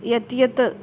यत् यत्